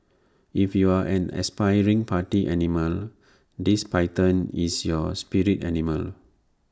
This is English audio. if you're an aspiring party animal this python is your spirit animal